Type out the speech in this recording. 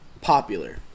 popular